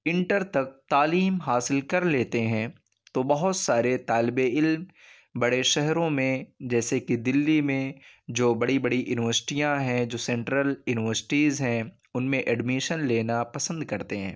inter تک تعلیم حاصل کر لیتے ہیں تو بہت سارے طالب علم بڑے شہروں میں جیسے کہ دلی میں جو بڑی بڑی یونیورسٹیاں ہیں جو سینٹرل یونیورسٹیز ہیں ان میں ایڈمیشن لینا پسند کرتے ہیں